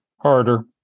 Harder